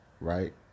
right